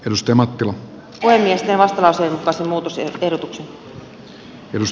kirsti mattila ole miesten vastasi arvoisa puhemies